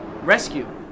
rescue